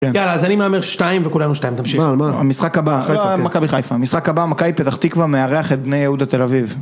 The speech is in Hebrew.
יאללה אז אני מהמר שתיים וכולנו שתיים. תמשיך. על מה, על מה - על מכבי חיפה. המשחק הבא, המשחק הבא, מכבי פתח תקווה מארח את בני יהודה תל אביב